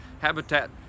Habitat